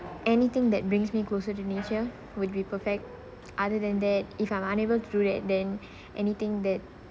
anything that brings me closer would be perfect other than that if I'm unable to do that then anything that